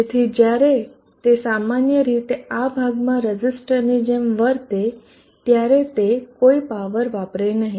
જેથી જયારે તે સામાન્ય રીતે આ ભાગમાં રઝિસ્ટરની જેમ વર્તે ત્યારે તે કોઈ પાવર વાપરે નહિ